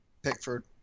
Pickford